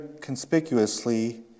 conspicuously